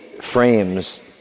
frames